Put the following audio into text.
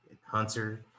Hunter